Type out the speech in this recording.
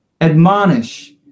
admonish